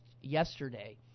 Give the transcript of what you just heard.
yesterday